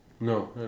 No